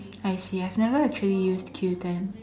I see I've never actually used Q Ten